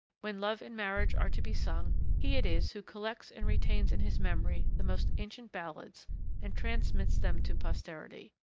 when love and marriage are to be sung he it is who collects and retains in his memory the most ancient ballads and transmits them to posterity.